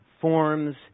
forms